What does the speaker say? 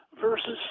versus